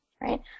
Right